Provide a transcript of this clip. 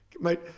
Mate